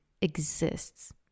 exists